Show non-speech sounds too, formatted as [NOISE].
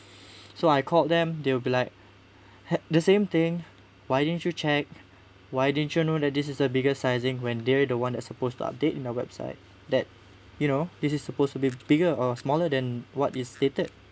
[BREATH] so I called them they'll be like had the same thing why didn't you check why didn't you know that this is a bigger sizing when they were the one that's supposed to update in their website that you know this is supposed to be bigger or smaller than what it stated